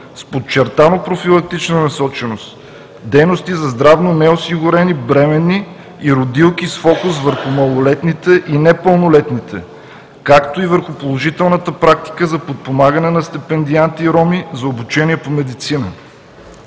с подчертано профилактична насоченост, дейности за здравно неосигурени бременни и родилки с фокус върху малолетните и непълнолетните, както и върху положителната практика за подпомагане на стипендианти-роми за обучение по медицина.